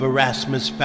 Erasmus